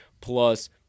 plus